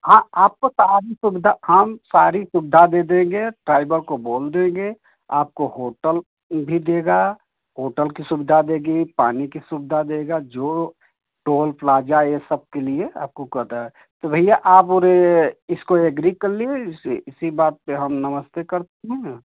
हाँ आपको सारी सुविधा हम सारी सुविधा दे देंगें ड्राईबर को बोल देंगें आपको होटल भी देगा होटल की सुविधा देगी पानी की सुविधा देगा जो टोल प्लाजा ये सबके लिए आपको करना तो भैया आप बोलिए इसको एग्री कर लीए इसे इसी बात पर हम नमस्ते करते हैं